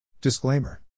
Disclaimer